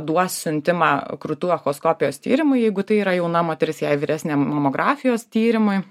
duos siuntimą krūtų echoskopijos tyrimui jeigu tai yra jauna moteris jei vyresnė mamografijos tyrimui